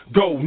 go